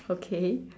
okay